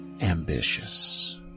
ambitious